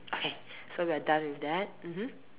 okay so we're done with that mmhmm